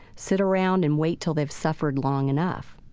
sit around and wait till they've suffered long enough